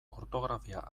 ortografia